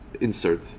insert